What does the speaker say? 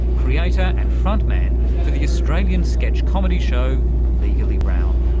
creator and front-man for the australian sketch comedy show legally brown.